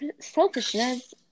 selfishness